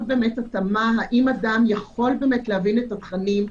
התאמה האם אדם יכול להבין את התכנים,